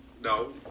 no